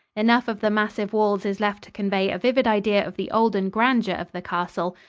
enough of the massive walls is left to convey a vivid idea of the olden grandeur of the castle.